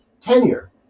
tenure